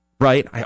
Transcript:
Right